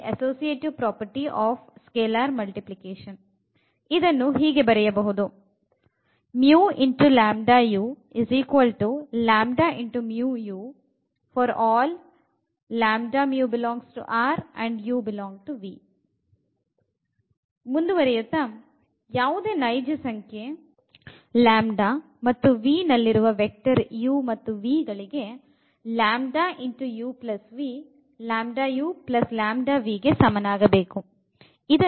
ಮುಂದುವರೆಯುತ್ತಾ ಯಾವುದೇ ನೈಜ ಸಂಖ್ಯೆ λ ಮತ್ತು V ನಲ್ಲಿರುವ ವೆಕ್ಟರ್ uvಗಳಿಗೆ λuv λuλvಗೆ ಸಮನಾಗಬೇಕು